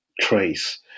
trace